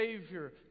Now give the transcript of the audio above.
Savior